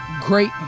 great